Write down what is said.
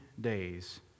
days